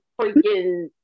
freaking